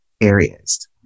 areas